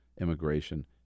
immigration